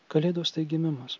kalėdos tai gimimas